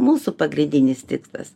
mūsų pagrindinis tikslas